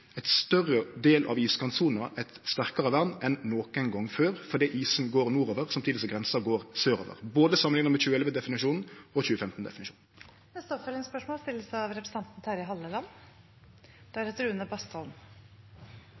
større del av iskantsona eit sterkare vern enn nokon gong før, fordi isen går nordover samtidig som grensa går sørover, samanlikna med både